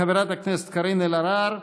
חברת הכנסת קארין אלהרר,